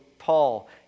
Paul